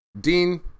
Dean